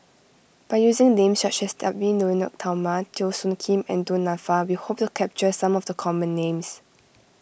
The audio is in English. by using names such as Edwy Lyonet Talma Teo Soon Kim and Du Nanfa we hope to capture some of the common names